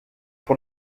pour